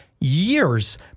years